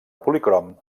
policrom